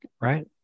right